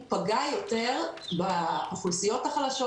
הוא פגע יותר באוכלוסיות החלשות,